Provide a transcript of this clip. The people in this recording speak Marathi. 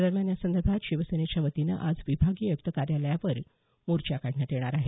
दरम्यान यासंदर्भात शिवसेनेच्या वतीनं आज विभागीय आयुक्त कार्यालयावर मोर्चा काढण्यात येणार आहे